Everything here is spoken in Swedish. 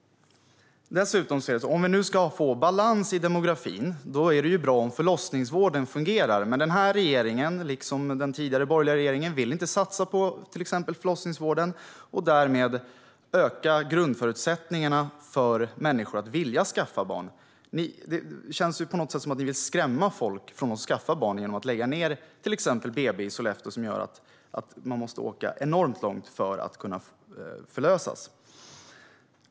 Om vi nu ska få balans i demografin är det ju bra om förlossningsvården fungerar. Men den här regeringen, liksom den tidigare borgerliga regeringen, vill inte satsa på till exempel förlossningsvården och därmed förbättra grundförutsättningarna för människor att vilja skaffa barn. Det känns på något sätt som att ni vill skrämma folk från att skaffa barn genom att lägga ned till exempel BB i Sollefteå, vilket gör att man måste åka enormt långt för att kunna förlösas.